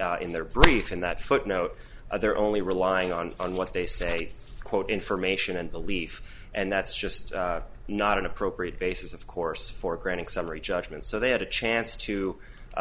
tellingly in their brief and that footnote other only relying on on what they say quote information and belief and that's just not an appropriate basis of course for granting summary judgment so they had a chance to